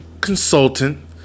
consultant